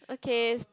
okay is